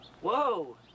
Whoa